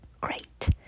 Great